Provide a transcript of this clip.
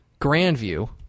Grandview